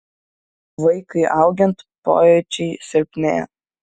vaikui augant pojūčiai silpnėja